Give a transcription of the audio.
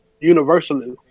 universally